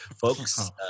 Folks